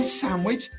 sandwich